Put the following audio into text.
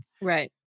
right